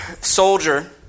soldier